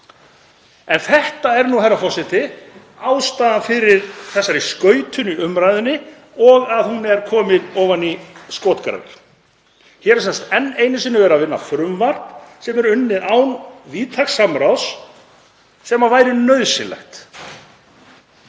En þetta er nú, herra forseti, ástæðan fyrir þessari skautun í umræðunni og að hún er komin ofan í skotgrafir. Hér er sem sagt enn einu sinni verið að vinna frumvarp sem er unnið án víðtæks samráðs sem væri nauðsynlegt.